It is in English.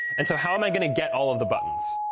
and so how am i going to get all of the buttons?